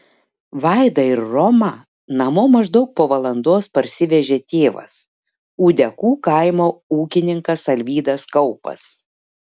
vaidą ir romą namo maždaug po valandos parsivežė tėvas ūdekų kaimo ūkininkas alvydas kaupas